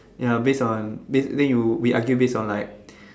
ya base on then you we argue base on like